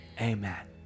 amen